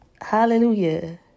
Hallelujah